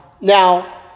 Now